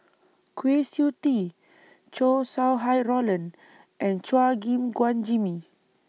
Kwa Siew Tee Chow Sau Hai Roland and Chua Gim Guan Jimmy